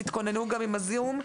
תתכוננו עם הזום.